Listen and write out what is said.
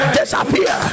disappear